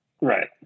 Right